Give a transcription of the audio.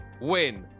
win